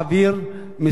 מסוכן,